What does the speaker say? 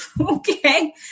okay